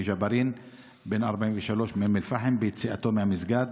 ג'בארין בן ה-43 מאום אל-פחם ביציאתו מהמסגד